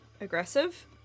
aggressive